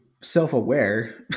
self-aware